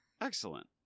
Excellent